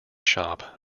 shop